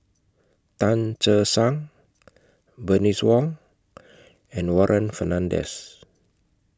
Tan Che Sang Bernice Wong and Warren Fernandez